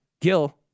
Gil